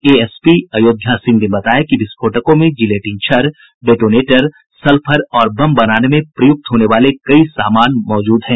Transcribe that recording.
ASP Ayodhya Singh ने बताया कि विस्फोटकों में जिलेटिन छड़ डेटोनेटर सल्फर और बम बनाने में प्रयुक्त होने वाले कई सामान मौजूद हैं